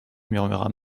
murmura